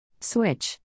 Switch